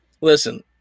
Listen